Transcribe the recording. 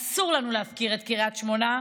אסור לנו להפקיר את קריית שמונה,